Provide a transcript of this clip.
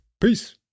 Peace